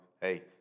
hey